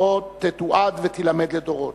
עוד תתועד ותילמד לדורות.